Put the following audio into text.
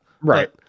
Right